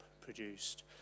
produced